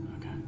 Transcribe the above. Okay